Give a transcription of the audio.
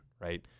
right